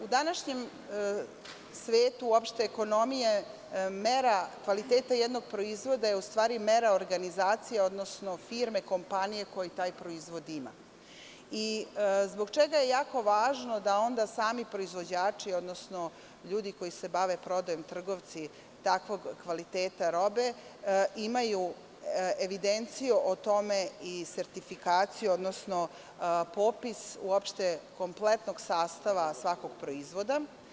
U današnjem svetu uopšte ekonomije mera kvaliteta jednog proizvoda je u stvari mera organizacije, odnosno firme, kompanije koja taj proizvod ima, zbog čega je jako važno da onda sami proizvođači, odnosno ljudi koji se bave prodajom, trgovci takvog kvaliteta robe imaju evidenciju o tome i sertifikaciju, odnosno popis uopšte kompletnog sastava svakog proizvoda.